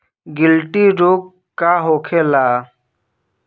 गिल्टी रोग का होखे?